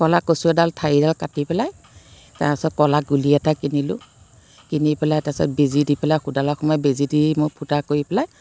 ক'লা কচু এডাল ঠাৰি এডাল কাটি পেলাই তাৰপাছত ক'লা গুলি এটা কিনিলো কিনি পেলাই তাৰপাছত বেজী দি পেলাই সূতাডাল সুমাই বেজী দি মই ফুটা কৰি পেলাই